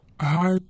Hi